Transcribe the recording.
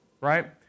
right